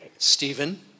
Stephen